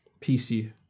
PC